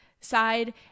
side